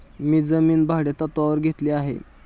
मी जमीन भाडेतत्त्वावर घेतली आहे